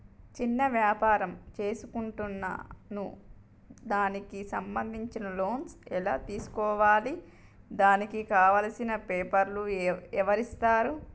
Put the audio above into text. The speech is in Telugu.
చిన్న వ్యాపారం చేసుకుంటాను దానికి సంబంధించిన లోన్స్ ఎలా తెలుసుకోవాలి దానికి కావాల్సిన పేపర్లు ఎవరిస్తారు?